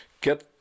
get